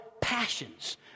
passions